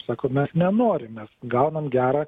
sako mes nenorim mes gaunam gerą